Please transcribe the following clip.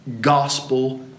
gospel